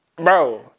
Bro